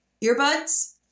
earbuds